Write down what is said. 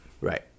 right